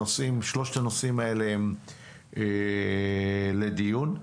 שלושת הנושאים האלה הם נושאים לדיון.